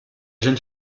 jeune